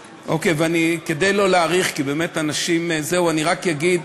כדי שלא להאריך, אני רק אציג,